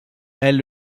elle